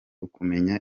ukumenya